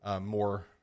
more